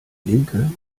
linke